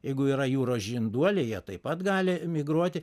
jeigu yra jūros žinduoliai jie taip pat gali emigruoti